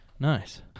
Nice